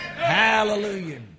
Hallelujah